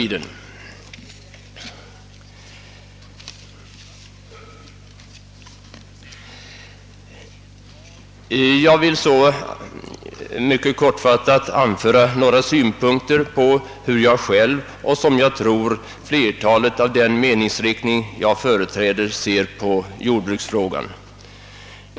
Jag vill sedan anföra några synpunkter på hur jag själv — och som jag tror flertalet inom det parti jag företräder — ser på jordbruksfrågan.